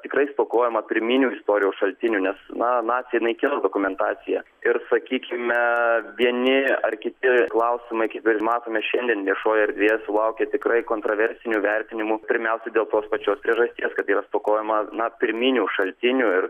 tikrai stokojama pirminių istorijos šaltinių nes na naciai naikino dokumentaciją ir sakykime vieni ar kiti klausimai kaip ir matome šiandien viešojoj erdvėje sulaukia tikrai kontroversinių vertinimų pirmiausia dėl tos pačios priežasties kad yra stokojama na pirminių šaltinių ir